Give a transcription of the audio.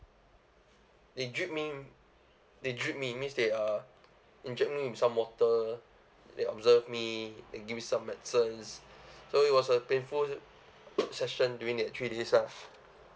they drip me they drip me means they uh inject me with some water they observe me they give me some medicine so it was a painful session during that three days lah